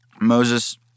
Moses